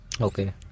Okay